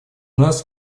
нас